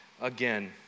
again